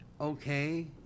okay